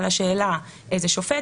את אומרת לי עכשיו שכבר בשלב הזה?